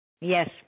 Yes